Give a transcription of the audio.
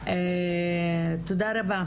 תודה רבה.